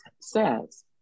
says